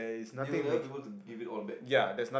you'll never be able to give it all back